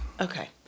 Okay